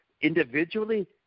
individually